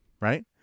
right